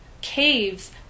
Caves